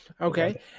Okay